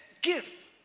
give